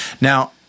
Now